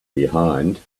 behind